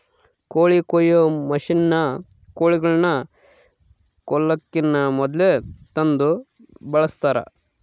ಕೋಳಿ ಕೊಯ್ಯೊ ಮಷಿನ್ನ ಕೋಳಿಗಳನ್ನ ಕೊಲ್ಲಕಿನ ಮೊದ್ಲೇ ತಂದು ಬಳಸ್ತಾರ